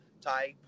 type